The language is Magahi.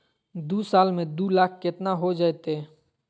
दू साल में दू लाख केतना हो जयते?